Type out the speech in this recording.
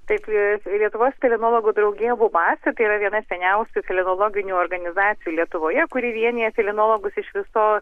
taip lietuvos felinologų draugija bubas ir tai yra viena seniausių felinologinių organizacijų lietuvoje kuri vienija felinologus iš visos